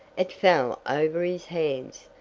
it fell over his hands,